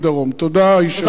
תודה רבה.